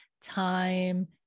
time